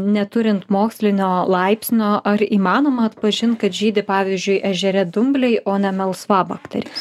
neturint mokslinio laipsnio ar įmanoma atpažint kad žydi pavyzdžiui ežere dumbliai o ne melsvabakterės